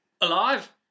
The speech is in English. Alive